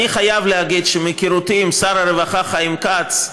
אני חייב להגיד שמהיכרותי עם שר הרווחה חיים כץ,